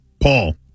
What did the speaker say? Paul